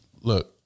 look